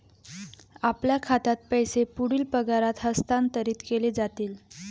आपल्या खात्यात पैसे पुढील पगारात हस्तांतरित केले जातील